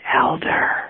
elder